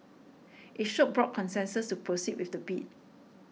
it showed broad consensus to proceed with the bid